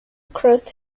crust